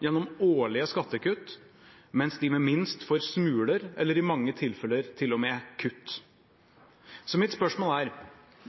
gjennom årlige skattekutt, mens de som har minst, får smuler eller i mange tilfeller til og med kutt. Så mitt spørsmål er: